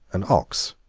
an ox,